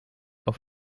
auf